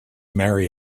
marry